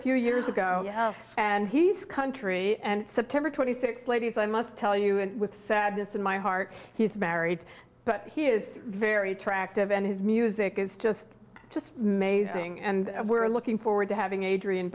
few years ago and he's country and september twenty sixth ladies i must tell you with sadness in my heart he's married but he is very attractive and his music is just just mazing and we're looking forward to having adrian